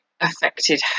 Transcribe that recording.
affected